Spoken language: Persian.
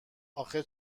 آخه